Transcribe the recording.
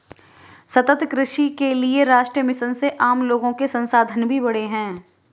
सतत कृषि के लिए राष्ट्रीय मिशन से आम लोगो के संसाधन भी बढ़े है